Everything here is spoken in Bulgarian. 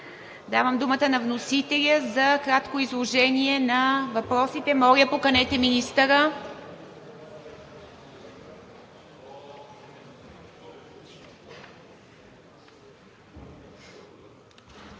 Давам думата на вносителя за кратко изложение на въпросите. Моля, поканете министъра.